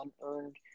unearned